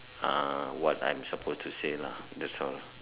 ah what I'm supposed to say lah that's all